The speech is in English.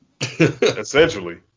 Essentially